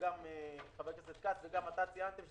וגם חבר הכנסת כץ וגם אתה ציינתם, זה